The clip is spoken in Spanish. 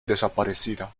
desaparecida